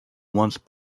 once